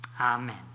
Amen